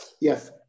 Yes